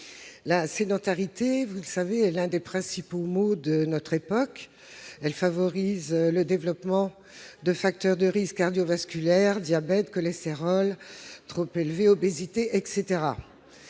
La sédentarité, vous le savez, est l'un des principaux maux de notre époque. Elle favorise le développement de facteurs de risques cardiovasculaires, diabète, cholestérol trop élevé, obésité ...